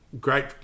great